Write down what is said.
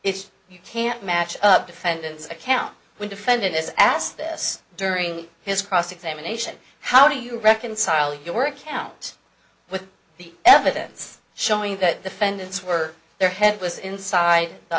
if you can't match the defendant's account when defendant is asked this during his cross examination how do you reconcile your account with the evidence showing that defendants were their head was inside the